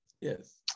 yes